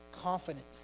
confidence